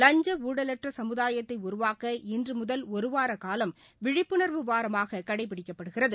லஞ்சஊழலற்றசமுதாயத்தைஉருவாக்க இன்றுமுதல் ஒருவாரகாலம் விழிப்புணர்வு வாரமாககடைபிடிக்ககப்படுகிறது